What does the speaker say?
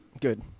Good